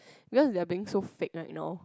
because they are being so fake lah you know